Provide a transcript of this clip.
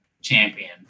champion